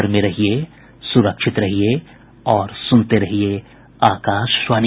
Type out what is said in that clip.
घर में रहिये सुरक्षित रहिये और सुनते रहिये आकाशवाणी